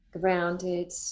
grounded